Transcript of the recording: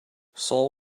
saul